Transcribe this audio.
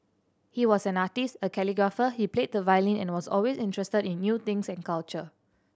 he was an artist a calligrapher he played the violin and was always interested in new things and culture